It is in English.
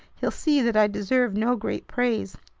he'll see that i deserve no great praise.